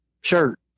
shirt